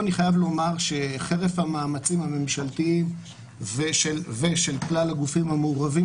חרף המאמצים הממשלתיים ושל כלל הגורמים המעורבים